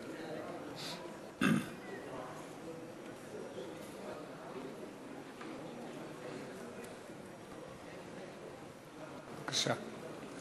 בבקשה.